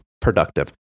productive